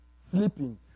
sleeping